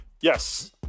Yes